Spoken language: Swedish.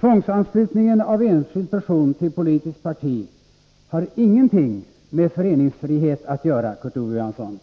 Tvångsanslutning av enskild person till politiskt parti har ingenting med föreningsfrihet att göra, Kurt Ove Johansson.